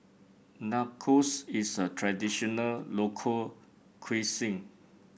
nachos is a traditional local cuisine